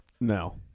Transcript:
No